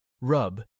rub